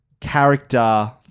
character